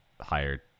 hired